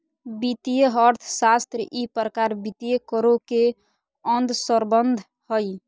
वित्तीय अर्थशास्त्र ई प्रकार वित्तीय करों के अंतर्संबंध हइ